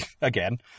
again